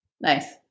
Nice